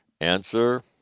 Answer